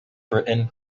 britain